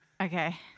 Okay